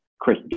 Chris